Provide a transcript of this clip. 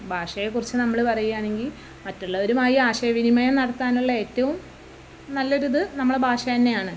ഭാഷയെക്കുറിച്ച് നമ്മള് പറയുകയാണെങ്കിൽ മറ്റുള്ളവരുമായി ആശയവിനിമയം നടത്താനുള്ള ഏറ്റവും നല്ലൊരിത് നമ്മുടെ ഭാഷ തന്നെയാണ്